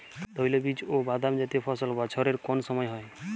তৈলবীজ ও বাদামজাতীয় ফসল বছরের কোন সময় হয়?